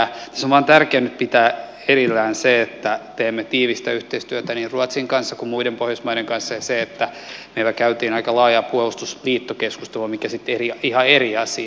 tässä on vain tärkeää nyt pitää erillään se että teemme tiivistä yhteistyötä niin ruotsin kanssa kuin muiden pohjoismaiden kanssa ja se että meillä käytiin aika laaja puolustusliittokeskustelu mikä sitten on ihan eri asia